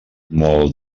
molt